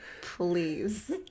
please